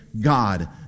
God